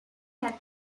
had